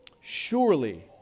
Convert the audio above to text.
Surely